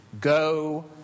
go